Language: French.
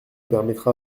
permettra